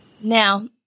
Now